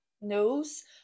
knows